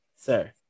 sir